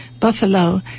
buffalo